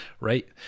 right